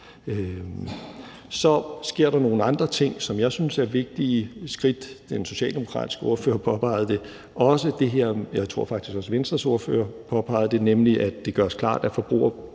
Der sker så nogle andre ting, som jeg synes er vigtige skridt. Den socialdemokratiske ordfører påpegede det også, og jeg tror faktisk også, at Venstres ordfører påpegede det, nemlig at det gøres klart, at forbrugeraftaleloven